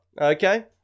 okay